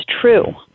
true